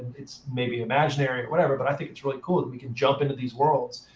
it's maybe imaginary or whatever. but i think it's really cool that we can jump into these worlds,